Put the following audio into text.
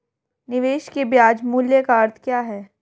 निवेश के ब्याज मूल्य का अर्थ क्या है?